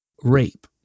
rape